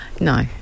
No